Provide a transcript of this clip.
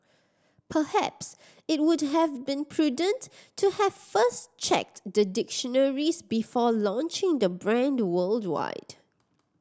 perhaps it would have been prudent to have first checked the dictionaries before launching the brand worldwide